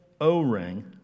O-ring